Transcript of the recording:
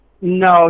No